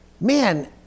man